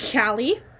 Callie